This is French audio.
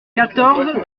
quatorze